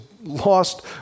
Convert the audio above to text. lost